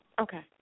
Okay